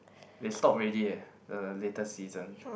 they stopped already eh the latest season